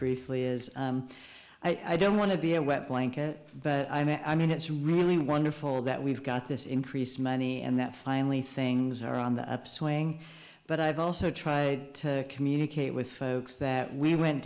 briefly is i don't want to be a wet blanket but i mean it's really wonderful that we've got this increased money and that finally things are on the upswing but i've also tried to communicate with that we went